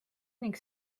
ning